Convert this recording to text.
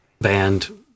band